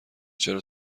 چرا